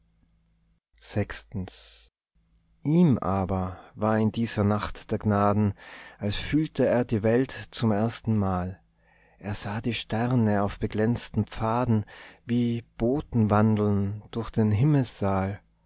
ihm aber war in dieser nacht der gnaden als fühlte er die welt zum erstenmal er sah die sterne auf beglänzten pfaden wie boten wandeln durch den himmelssaal